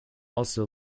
also